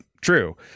true